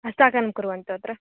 हस्ताङ्कनं कुर्वन्तु अत्र